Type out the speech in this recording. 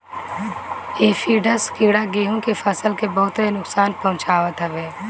aphids कीड़ा गेंहू के फसल के बहुते नुकसान पहुंचावत हवे